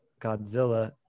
Godzilla